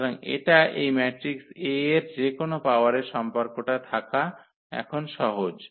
সুতরাং এটা এই ম্যাট্রিক্স A এর যে কোনও পাওয়ারের সম্পর্কটা থাকা এখন সহজ